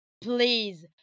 please